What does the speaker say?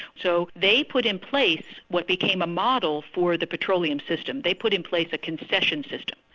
so they put in place what became a model for the petroleum system. they put in place a concession system,